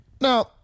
Now